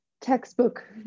textbook